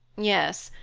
yes.